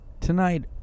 Tonight